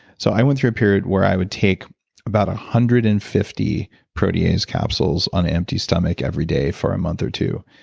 so, i went through a period where i would take about one hundred and fifty protease capsules on empty stomach every day for a month or two.